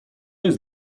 jest